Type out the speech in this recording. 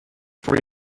for